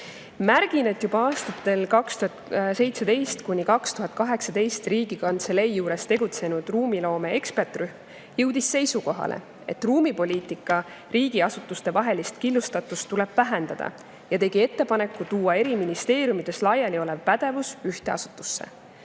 et aastatel 2017 ja 2018 Riigikantselei juures tegutsenud ruumiloome ekspertrühm jõudis seisukohale, et ruumipoliitika riigiasutustevahelist killustatust tuleb vähendada, ja tegi ettepaneku tuua eri ministeeriumides laiali olev pädevus ühte asutusse.